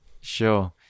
sure